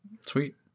Sweet